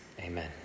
amen